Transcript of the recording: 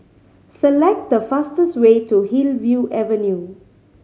select the fastest way to Hillview Avenue